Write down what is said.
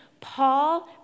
Paul